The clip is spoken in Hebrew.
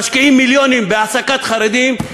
משקיעים מיליונים בהעסקת חרדים,